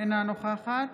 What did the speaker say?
אינה נוכחת